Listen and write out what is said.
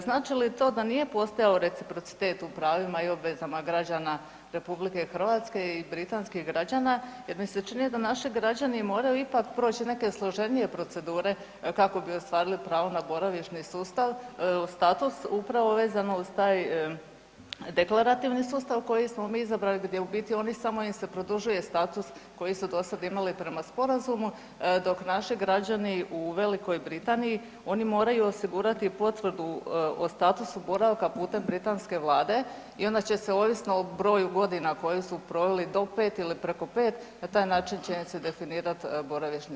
Znači li to da nije postojao reciprocitet u pravima i obvezama građana RH i britanskih građana jer mi se čini da naši građani moraju ipak proći nekakve složenije procedure kako bi ostvarili pravo na boravišni sustav, status, upravo vezano uz taj deklarativni sustav koji smo mi izabrali, gdje u biti oni, samo im se produžuje status koji su dosad imali prema sporazumu, dok naši građani u Velikoj Britaniji, oni moraju osigurati potvrdu o statusu boravka putem britanske vlade i onda će se ovisno o broju godina koje su proveli, do 5 ili preko 5, na taj način će im se definirati boravišni status.